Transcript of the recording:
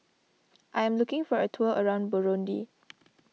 I am looking for a tour around Burundi